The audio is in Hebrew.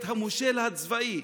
את המושל הצבאי,